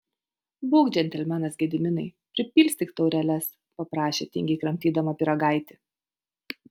būk džentelmenas gediminai pripilstyk taureles paprašė tingiai kramtydama pyragaitį